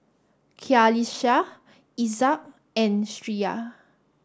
Qalisha Izzat and Syirah